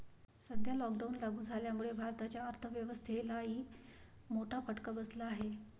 सध्या लॉकडाऊन लागू झाल्यामुळे भारताच्या अर्थव्यवस्थेलाही मोठा फटका बसला आहे